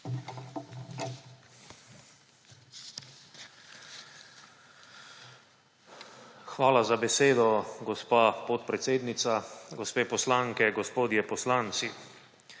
Hvala za besedo, gospa podpredsednica. Gospe poslanke, gospodje poslanci!